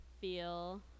feel